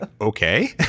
okay